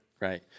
Right